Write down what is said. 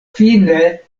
fine